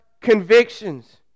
convictions